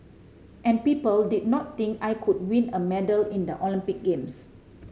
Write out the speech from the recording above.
and people did not think I could win a medal in the Olympic games